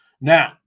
Now